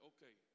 Okay